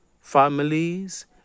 families